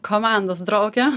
komandos draugę